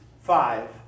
five